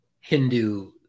Hindu